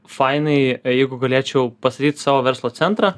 fainai jeigu galėčiau pastatyt savo verslo centrą